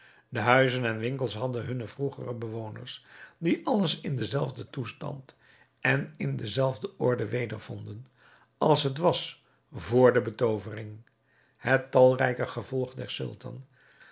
de huizen en winkels hadden hunne vroegere bewoners die alles in denzelfden toestand en in dezelfde orde wedervonden als het was vr de betoovering het talrijke gevolg